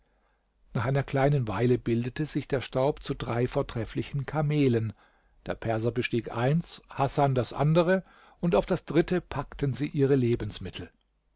nach einer kleinen weile bildete sich der staub zu drei vortrefflichen kamelen der perser bestieg eins hasan das andere und auf das dritte packten sie ihre lebensmittel